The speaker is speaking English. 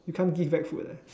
you can't give back food ah